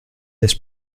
this